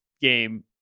game